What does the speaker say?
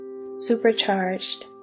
supercharged